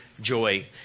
joy